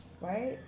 right